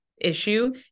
issue